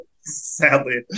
sadly